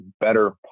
better